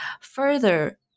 further